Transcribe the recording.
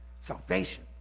Salvation